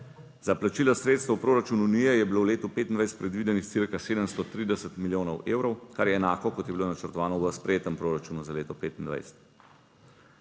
Za plačila sredstev v proračunu Unije je bilo v letu 2025 predvidenih cirka 730 milijonov evrov, kar je enako, kot je bilo načrtovano v sprejetem proračunu za leto 2025.